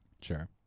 Sure